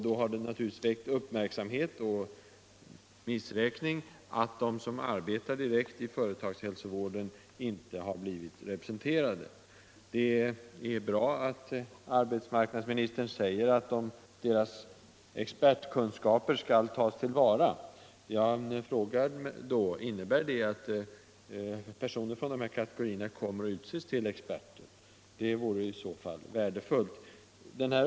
Då har det naturligtvis väckt uppmärksamhet och missräkning att de som arbetar direkt med företagshälsovården inte är representerade. Det är bra att arbetsmarknadsministern säger att deras expertkunskaper skall tas till vara. Innebär detta att personer från dessa kategorier kommer att utses till experter? Det vore i så fall värdefullt.